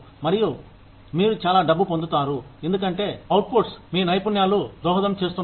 మరియు మీరు చాలా డబ్బు పొందుతారు ఎందుకంటే అవుట్ ఫుట్ మీ నైపుణ్యాలు దోహదం చేస్తున్నాయి